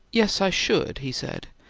yes, i should! he said.